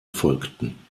folgten